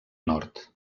nord